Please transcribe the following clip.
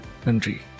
country